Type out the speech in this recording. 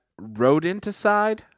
rodenticide